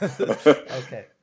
Okay